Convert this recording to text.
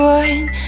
one